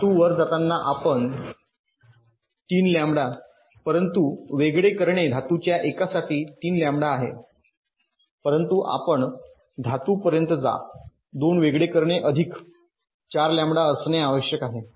धातू 1 वर जाताना आपण 3 लॅम्बडा परंतु वेगळे करणे धातूच्या एकासाठी 3 लॅम्बडा आहे परंतु आपण धातू पर्यंत जा 2 वेगळे करणे अधिक 4 लॅम्बडा असणे आवश्यक आहे